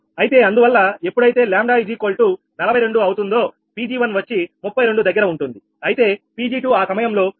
అయితే అందువల్ల ఎప్పుడైతే 𝜆42 అవుతుందో Pg1 వచ్చి 32 దగ్గర ఉంటుంది అయితే Pg2 ఆ సమయంలో 27